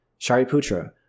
Shariputra